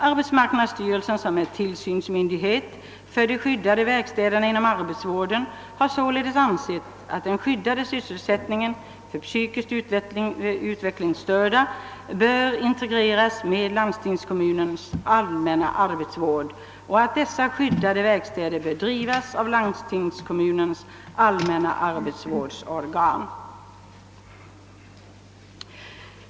Arbetsmarknadsstyrelsen, som är tillsynsmyndighet för de skyddade verkstäderna inom arbetsvården, har således ansett att den skyddade sysselsättningen för psykiskt utvecklingsstörda bör integreras med landstingskommunens allmänna arbetsvård och att dessa skyddade verkstäder bör drivas av landstingskommunens allmänna arbetsvårdsorgan.